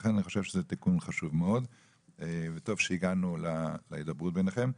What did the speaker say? לכן אני חושב שזה תיקון חשוב מאוד וטוב שהגענו להידברות ביניכם.